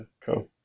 cool